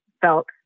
felt